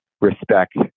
respect